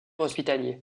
hospitalier